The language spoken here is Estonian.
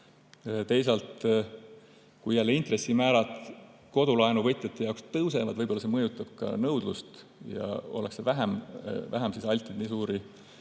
Teisalt, kui intressimäärad kodulaenu võtjate jaoks tõusevad, võib see mõjutada ka nõudlust, ollakse vähem altid nii suuri